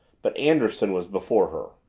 but anderson was before her.